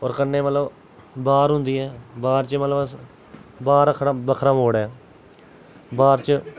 होर कन्नै मतलब बाह्र होंदी ऐ बाह्र च मतलब अस बाह्र बक्खरा बोर्ड ऐ बाह्र च